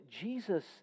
Jesus